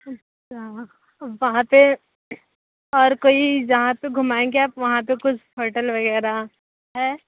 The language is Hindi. अच्छा वहाँ पर और कोई जहाँ पर घूमाएंगे आप वहाँ पर कुछ होटल वगैरह है